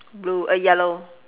blue uh yellow